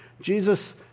Jesus